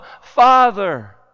Father